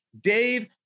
Dave